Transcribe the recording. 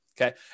okay